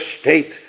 state